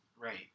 Right